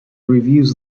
reviews